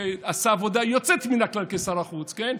שעשה עבודה יוצאת מן הכלל כשר החוץ, כן?